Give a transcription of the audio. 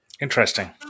Interesting